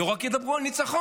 ולא רק ידברו על ניצחון,